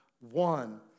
one